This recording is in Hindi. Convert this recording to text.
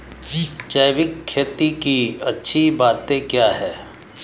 जैविक खेती की अच्छी बातें क्या हैं?